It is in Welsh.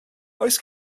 oes